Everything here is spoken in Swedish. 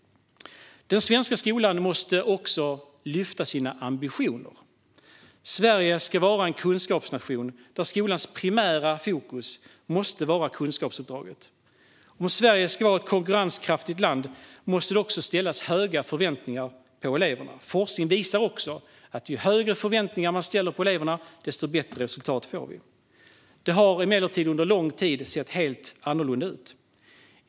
Den svenska skolan måste också lyfta sina ambitioner. Sverige ska vara en kunskapsnation, där skolans primära fokus ska och måste vara kunskapsuppdraget. Om Sverige ska vara ett konkurrenskraftigt land måste man också ha höga förväntningar på eleverna. Forskning visar också att ju högre förväntningar man har på eleverna, desto bättre resultat får vi. Det har emellertid under lång tid sett helt annorlunda ut.